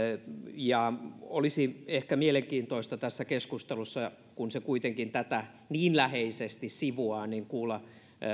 olisi ehkä mielenkiintoista tässä keskustelussa kun se kuitenkin tätä niin läheisesti sivuaa kuulla